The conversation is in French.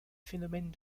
phénomènes